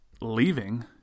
leaving